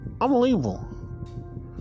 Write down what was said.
Unbelievable